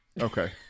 Okay